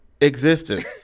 existence